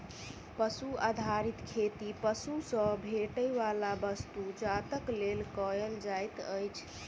पशु आधारित खेती पशु सॅ भेटैयबला वस्तु जातक लेल कयल जाइत अछि